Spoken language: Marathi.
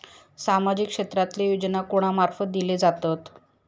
सामाजिक क्षेत्रांतले योजना कोणा मार्फत दिले जातत?